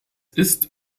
ist